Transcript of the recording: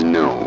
no